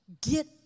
get